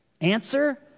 Answer